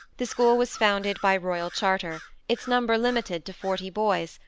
the school was founded by royal charter its number limited to forty boys,